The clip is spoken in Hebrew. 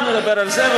עכשיו נדבר על זה,